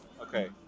Okay